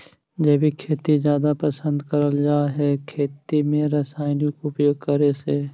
जैविक खेती जादा पसंद करल जा हे खेती में रसायन उपयोग करे से